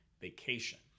vacation